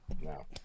no